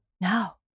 No